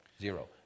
Zero